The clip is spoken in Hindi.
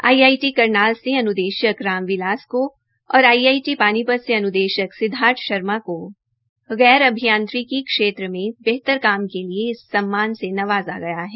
आईआईटी करनाल के अन्देशक राम बिलास को और आईआईटी पानीपत में अन्देशक सिद्वार्थ शर्मा को गैर अभियांत्रिकी क्षेत्र में बेहतर करने के लिए इस सम्मान से नवाज़ा गया है